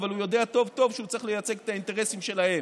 אבל הוא יודע טוב טוב שהוא צריך לייצג את האינטרסים שלהם,